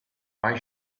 why